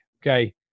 Okay